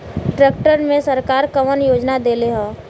Tractor मे सरकार कवन योजना देले हैं?